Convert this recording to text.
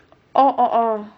orh orh orh